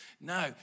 No